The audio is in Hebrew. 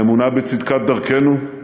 האמונה בצדקת דרכנו,